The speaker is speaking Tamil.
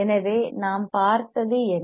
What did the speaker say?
எனவே நாம் பார்த்தது என்ன